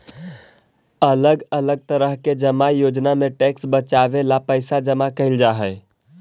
अलग अलग तरह के जमा योजना में टैक्स बचावे ला पैसा जमा कैल जा हई